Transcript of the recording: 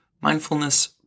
Mindfulness